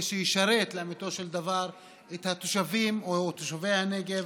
שישרת לאמיתו של דבר את התושבים ותושבי הנגב.